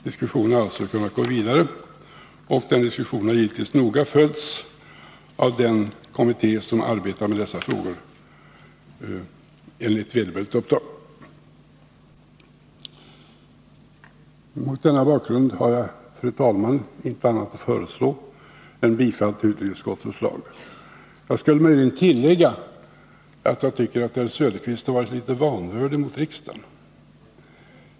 Diskussionen har alltså kunnat gå vidare, och den har givetvis noga följts av den kommitté som arbetar med dessa frågor enligt vederbörligt uppdrag. Mot denna bakgrund har jag, fru talman, inget annat att föreslå än bifall till utrikesutskottets förslag. Jag skulle möjligen kunna tillägga att jag tycker att herr Söderqvist har varit litet vanvördig mot riksdagen.